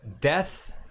Death